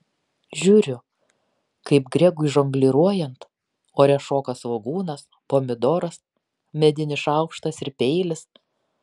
žiūriu kaip gregui žongliruojant ore šoka svogūnas pomidoras medinis šaukštas ir peilis